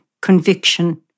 conviction